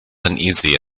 uneasy